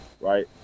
right